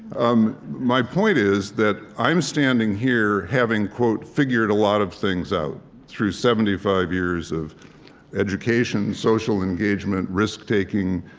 um my point is that i'm standing here having quote figured a lot of things out through seventy five years of education, social engagement, risk taking,